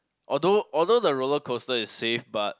although although the roller coaster is safe but